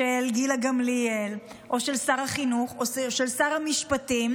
של גילה גמליאל או של שר החינוך או של שר המשפטים,